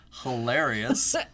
hilarious